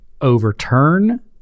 overturn